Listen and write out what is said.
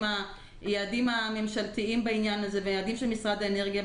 ביחד עם היעדים הממשלתיים בעניין הזה ועם היעדים של משרד האנרגיה,